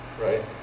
right